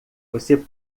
você